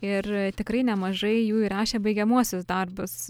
ir tikrai nemažai jų i rašę baigiamuosius darbus